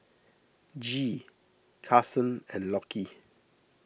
Gee Karson and Lockie